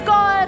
God